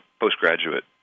postgraduate